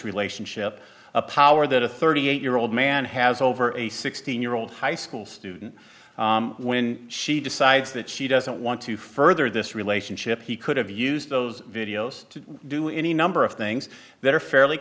relationship a power that a thirty eight year old man has over a sixteen year old high school student when she decides that she doesn't want to further this relationship he could have used those videos to do any number of things that are fairly